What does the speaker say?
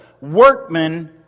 workmen